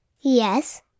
Yes